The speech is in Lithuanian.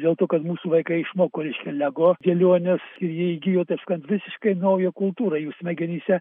dėl to kad mūsų vaikai išmoko reiškia lego dėliones ir jie įgijo taip sakant visiškai naujo kultūra jų smegenyse